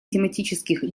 тематических